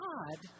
God